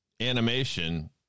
animation